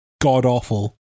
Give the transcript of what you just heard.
god-awful